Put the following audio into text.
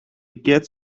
get